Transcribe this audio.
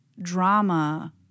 drama